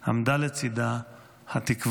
עמדה לצידה התקווה.